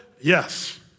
Yes